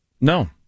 No